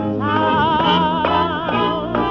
town